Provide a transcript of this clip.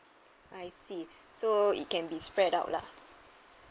I see so it can be spread out lah